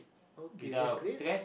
okay that's great